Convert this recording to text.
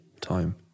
time